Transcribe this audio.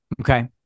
okay